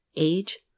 age